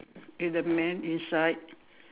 with the man inside